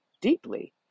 deeply